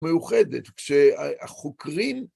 מאוחדת, כשהחוקרים